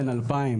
2,000,